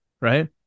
right